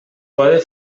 poden